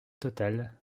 total